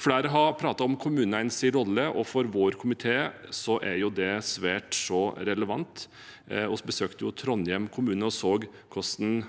Flere har pratet om kommunenes rolle, og for vår komité er det svært så relevant. Vi besøkte Trondheim kommune og så hvordan